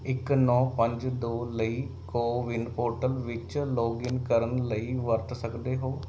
ਇੱਕ ਨੌਂ ਪੰਜ ਦੋ ਲਈ ਕੋਵਿਨ ਪੋਰਟਲ ਵਿੱਚ ਲੌਗਇਨ ਕਰਨ ਲਈ ਵਰਤ ਸਕਦੇ ਹੋ